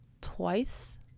twice